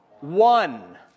One